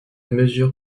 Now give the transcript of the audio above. mesure